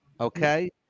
Okay